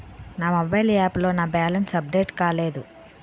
నా mobile app లో నా బ్యాలెన్స్ అప్డేట్ కాలేదు